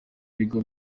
bigo